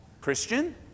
Christian